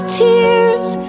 tears